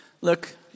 look